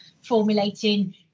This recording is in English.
formulating